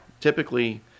typically